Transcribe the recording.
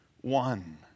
one